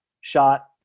shot